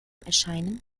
erscheinen